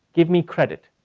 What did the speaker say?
give me credit,